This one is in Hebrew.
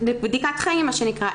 בדיקת חיים מה שנקרא,